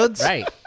Right